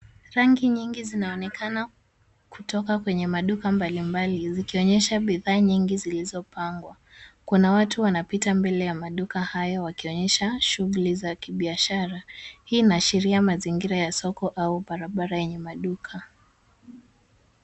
Rangi nyingi zinaonekana kutoka kwenye maduka mbalimbali zikionyesha bidhaa nyingi zilizopangwa. Kuna watu wanapita mbele ya maduka hayo wakionyesha shughuli za kibiashara. Hii inaashiria mazingira ya soko au barabara yenye maduka.